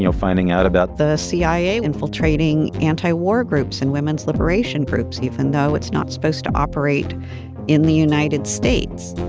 you know finding out about. the cia infiltrating anti-war groups and women's liberation groups even though it's not supposed to operate in the united states